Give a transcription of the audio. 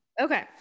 Okay